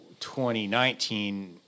2019